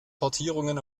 portierungen